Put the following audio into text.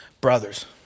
brothers